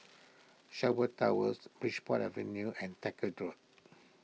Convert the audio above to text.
Sherwood Towers Bridport Avenue and Road